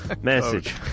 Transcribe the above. message